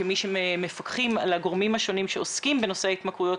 כמי שמפקחים על הגורמים השונים שעוסקים בנושא ההתמכרויות,